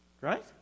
right